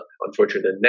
unfortunately